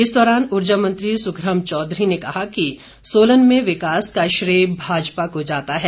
इस दौरान ऊर्जा मंत्री सुखराम चौधरी ने कहा कि सोलन में विकास का श्रेय भाजपा को जाता है